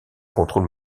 contrôle